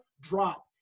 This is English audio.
drop